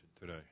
today